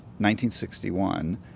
1961